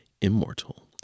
immortal